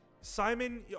Simon